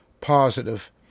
positive